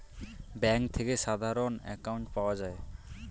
bank থেকে সাধারণ account পাওয়া যায়